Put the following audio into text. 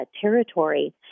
territory